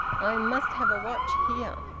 i must have a watch here.